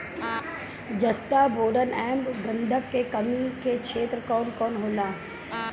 जस्ता बोरान ऐब गंधक के कमी के क्षेत्र कौन कौनहोला?